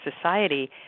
society